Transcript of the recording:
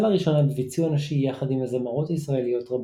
לראשונה בביצוע נשי יחד עם זמרות ישראליות רבות.